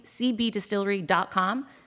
CBDistillery.com